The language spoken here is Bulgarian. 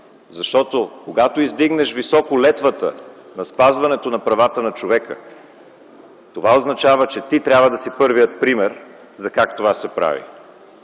защото когато издигнеш високо летвата на спазването на правата на човека това означава, че ти трябва да си първият пример за това как то се прави.